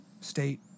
state